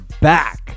back